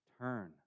Turn